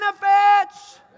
benefits